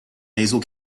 nasal